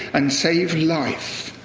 and save life.